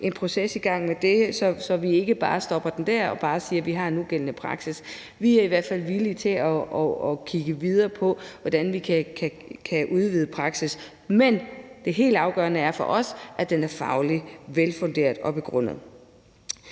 en proces i gang med det, så vi ikke bare stopper den dér og bare siger, at vi har en nugældende praksis. Vi er i hvert fald villige til at kigge videre på, hvordan vi kan udvide praksis, men det helt afgørende for os er, at den er fagligt velfunderet og begrundet.